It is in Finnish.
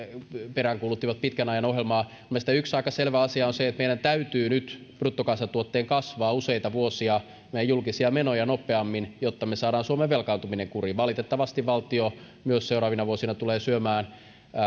peräänkuuluttivat pitkän ajan ohjelmaa mielestäni yksi aika selvä asia on se että meidän täytyy nyt antaa bruttokansantuotteen kasvaa useita vuosia meidän julkisia menojamme nopeammin jotta me saamme suomen velkaantumisen kuriin valitettavasti valtio myös seuraavina vuosina tulee